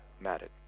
mattered